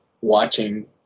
watching